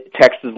Texas